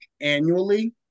annually